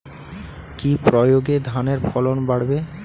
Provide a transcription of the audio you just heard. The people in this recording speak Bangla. কি প্রয়গে ধানের ফলন বাড়বে?